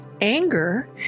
Anger